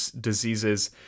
diseases